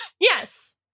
Yes